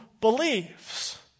believes